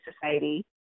Society